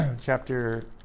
chapter